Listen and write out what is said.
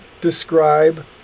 describe